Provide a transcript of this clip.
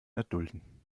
erdulden